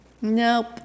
Nope